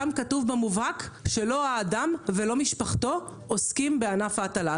שם כתוב במובהק שלא האדם ולא משפחתו עוסקים בענף ההטלה.